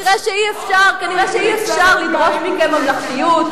כנראה אי-אפשר לדרוש מכם ממלכתיות.